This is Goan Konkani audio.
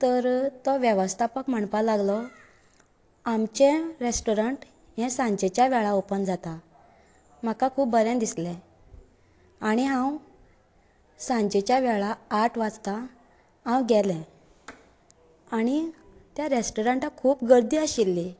तर तो वेवस्थापक म्हणपा लागलो आमचे रॅस्टोरंट हे सांजेच्या वेळार ओपन जाता म्हाका खूब बरें दिसले आनी हांव सांजेच्या वेळार आठ वाजता हांव गेले आनी त्या रॅस्टोरंटाक खूब गर्दी आशिल्ली